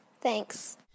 thanks